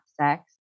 sex